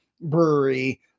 brewery